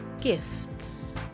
Gifts